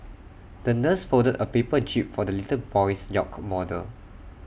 the nurse folded A paper jib for the little boy's yacht model